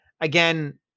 again